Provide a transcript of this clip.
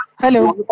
Hello